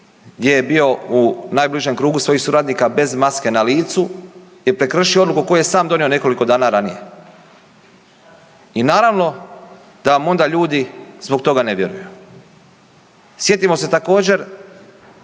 gdje je bio u najbližem krugu svojih suradnika bez maske na licu je prekršio odluku koju je sam donio nekoliko dana ranije. I naravno da mu onda ljudi zbog toga ne vjeruju. Sjetimo se također